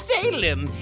Salem